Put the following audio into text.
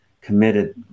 committed